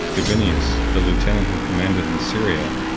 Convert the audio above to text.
gabinius, the lieutenant who commanded in syria,